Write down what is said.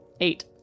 Eight